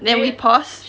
then we pause